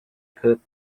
perth